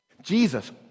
Jesus